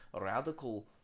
radical